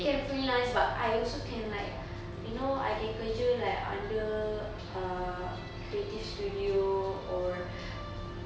can freelance but I also can like you know I can kerja like under a creative studio or